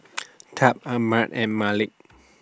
Tab Armand and Malik